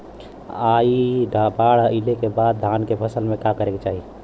बाढ़ आइले के बाद धान के फसल में का करे के चाही?